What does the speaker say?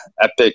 epic